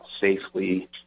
safely